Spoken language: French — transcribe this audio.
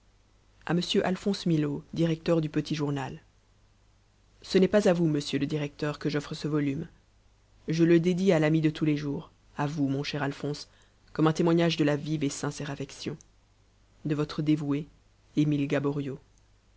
à m alphonse millaud directeur du petit journal ce n'est pas à vous monsieur le directeur que j'offre ce volume je le dédie à l'ami de tous les jours à vous mon cher alphonse comme un témoignage de la vive et sincère affection de votre dévoué émile gaboriau